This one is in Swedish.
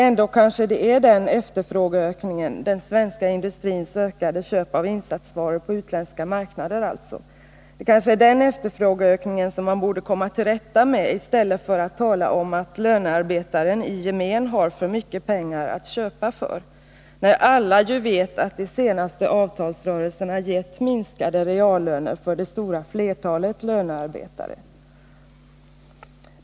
Ändå kanske det är den efterfrågeökningen — den svenska industrins ökade köp av insatsvaror på utländska marknader alltså — som man borde komma till rätta med i stället för att tala om att lönarbetaren i gemen har för mycket pengar att köpa för, när alla ju vet att de senaste avtalsrörelserna gett minskade reallöner för det stora flertalet lönarbetare.